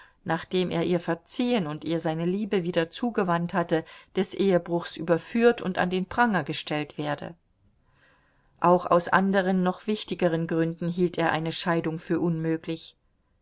nachdem er ihr verziehen und ihr seine liebe wieder zugewandt hatte des ehebruchs überführt und an den pranger gestellt werde auch aus anderen noch wichtigeren gründen hielt er eine scheidung für unmöglich